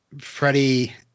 Freddie